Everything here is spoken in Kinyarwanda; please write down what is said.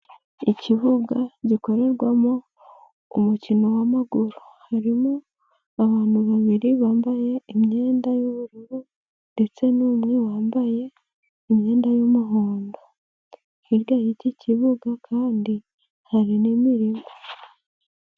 Ikibuga gikorerwamo umukino w'amaguru, harimo abantu babiri bambaye imyenda y'ubururu ndetse n'umwe wambaye imyenda y'umuhondo, hirya y'iki kibuga kandi hari n'imirima.